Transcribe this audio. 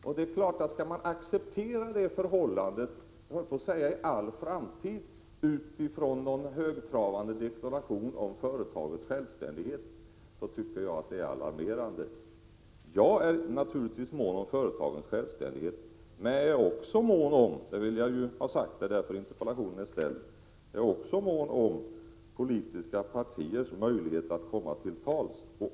Om man skall acceptera det förhållandet i all framtid utifrån någon högtravande deklaration om företagens självständighet så tycker jag att det är alarmerande. Jag är naturligtvis mån om företagens självständighet. Jag är också mån om — det är därför denna interpellation är framställd — politiska partiers, och då även små politiska partiers, möjligheter att komma till tals.